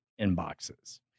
inboxes